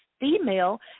female